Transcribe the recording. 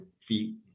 feet